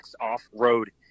Off-Road